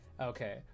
okay